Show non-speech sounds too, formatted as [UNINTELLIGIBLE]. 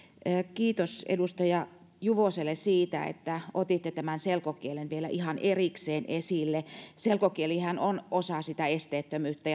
kiitos edustaja juvoselle siitä että otitte tämän selkokielen vielä ihan erikseen esille selkokielihän on osa sitä esteettömyyttä [UNINTELLIGIBLE]